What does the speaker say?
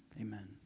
Amen